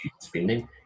spending